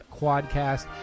Quadcast